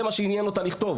זה מה שעניין אותה לכתוב.